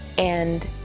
and